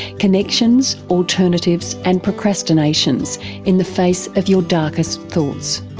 connections, alternatives and procrastinations in the face of your darkest thoughts.